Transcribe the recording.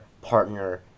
partner